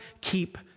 keep